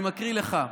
אני מקריא לך: